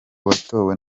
watowe